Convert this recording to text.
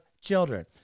children